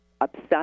upset